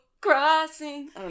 Crossing